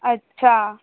अच्छा